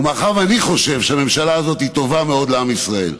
ומאחר שאני חושב שהממשלה הזאת טובה מאוד לעם ישראל,